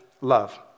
love